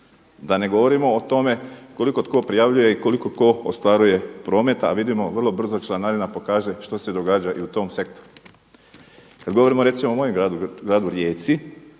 da ne govorimo o tome koliko tko prijavljuje i koliko tko ostvaruje prometa a vidimo vrlo brzo članarina pokazuje što se događa i u tom sektoru. Kad govorimo recimo o mom gradu,